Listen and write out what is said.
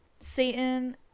Satan